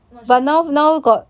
not cheaper also